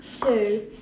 two